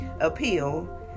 appeal